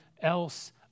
else